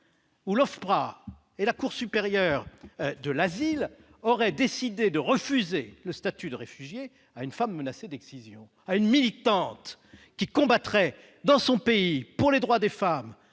où l'OFPRA et la Cour nationale du droit d'asile auraient décidé de refuser le statut de réfugié à une femme menacée d'excision, à une militante combattant, dans son pays, pour les droits des femmes